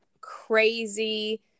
crazy